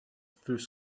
through